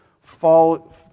fall